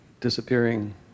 disappearing